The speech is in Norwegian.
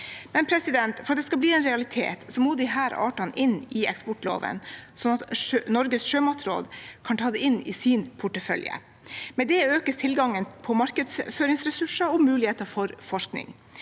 eksportvare. For at det skal bli en realitet, må disse artene inn i eksportloven, sånn at Norges sjømatråd kan ta det inn i sin portefølje. Med det økes tilgangen på markedsføringsressurser og muligheter for forskning.